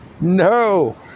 No